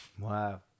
wow